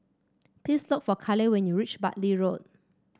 please look for Kaleigh when you reach Bartley Road